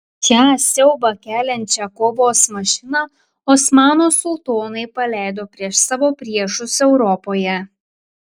šią siaubą keliančią kovos mašiną osmanų sultonai paleido prieš savo priešus europoje